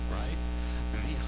right